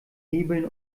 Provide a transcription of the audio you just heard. hebeln